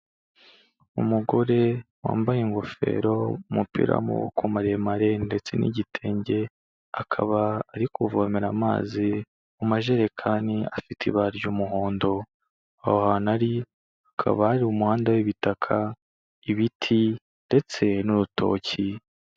Umugore wambaye ingofero, umupira w’amaboko maremare ndetse n'igitenge, akaba ari kuvomera amazi mu majerekani afite ibara ry'umuhondo. Aho hantu ari hakaba hari umuhanda w'ibitaka, ibiti ndetse n’urutoki.